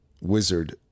wizard